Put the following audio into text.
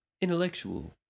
intellectual